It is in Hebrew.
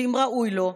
ואם ראוי לו,